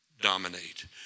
dominate